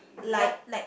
what